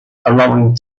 allowing